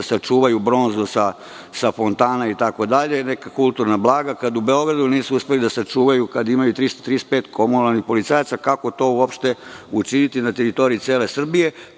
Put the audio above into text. sačuvaju bronzu sa fontana, neka kulturna blaga itd, kada u Beogradu nisu uspeli da sačuvaju, a imaju 335 komunalnih policajaca, kako to uopšte učiniti na teritoriji cele Srbije? Prvo